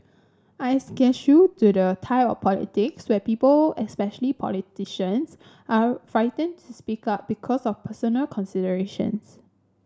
I eschew to the type of politics where people especially politicians are frightened to speak up because of personal considerations